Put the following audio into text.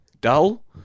dull